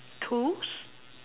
tools